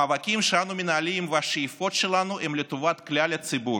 המאבקים שאנו מנהלים והשאיפות שלנו הם לטובת כלל הציבור.